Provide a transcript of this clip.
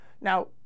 Now